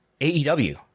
AEW